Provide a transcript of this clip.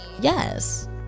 Yes